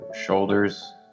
Shoulders